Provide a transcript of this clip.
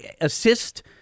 assist